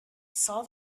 saw